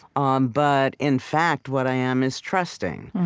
um but in fact, what i am is trusting.